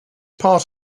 part